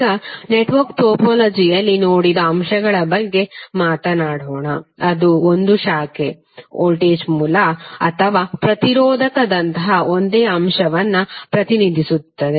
ಈಗ ನೆಟ್ವರ್ಕ್ ಟೋಪೋಲಜಿಯಲ್ಲಿ ನೋಡಿದ ಅಂಶಗಳ ಬಗ್ಗೆ ಮಾತನಾಡೋಣಅದು ಒಂದು ಶಾಖೆಯಾಗಿದೆ ಶಾಖೆಯು ವೋಲ್ಟೇಜ್ ಮೂಲ ಅಥವಾ ಪ್ರತಿರೋಧಕದಂತಹ ಒಂದೇ ಅಂಶವನ್ನು ಪ್ರತಿನಿಧಿಸುತ್ತದೆ